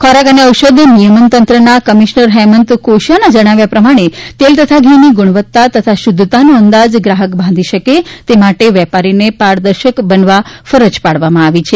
ખોરાક અને ઔષધ નિયમન તંત્રના કમિશ્નર હેમંત કોશિયાના જણાવ્યા પ્રમાણે તેલ તથા ઘીની ગુણવત્તા તથા શુદ્ધતાનો અંદાજ ગ્રાહક બાંધી શકે તે માટે વેપારીને પારદર્શક બનવા ફરજ પાડવામાં આવી છે